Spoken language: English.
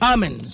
Amen